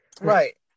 Right